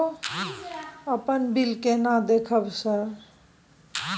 अपन बिल केना देखबय सर?